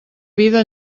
vida